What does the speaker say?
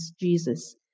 Jesus